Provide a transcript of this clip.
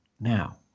now